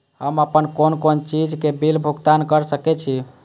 हम आपन कोन कोन चीज के बिल भुगतान कर सके छी?